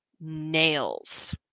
nails